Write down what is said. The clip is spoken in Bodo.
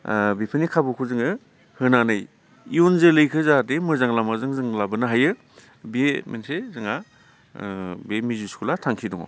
बेफोरनि खाबुखौ जोङो होनानै इयुन जोलैखौ जाहाथे मोजां लामाजों जों लाबोनो हायो बे मोनसे जोंहा बे मिउजिक स्खुला थांखि दङ